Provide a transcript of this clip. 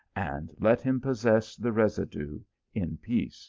and let him possess the residue in peace